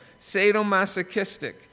sadomasochistic